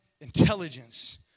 intelligence